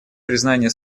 признания